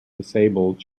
disabled